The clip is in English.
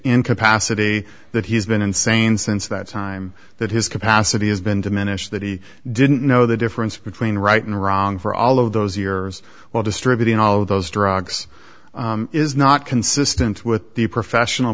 in capacity that he's been insane since that time that his capacity has been diminished that he didn't know the difference between right and wrong for all of those yours while distributing all of those drugs is not consistent with the professional